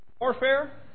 warfare